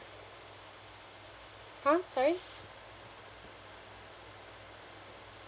!huh! sorry